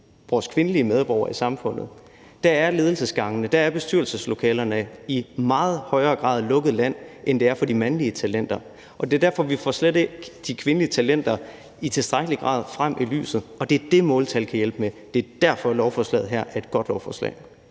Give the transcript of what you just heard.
vores kvindelige medborgere, er ledelsesgangene og bestyrelseslokalerne i meget højere grad lukket land, end det er for de mandlige talenter. Og det er derfor, vi slet ikke får de kvindelige talenter frem i lyset i tilstrækkelig grad. Og det er det, måltal kan hjælpe med, og det er derfor, at lovforslaget her er et godt lovforslag.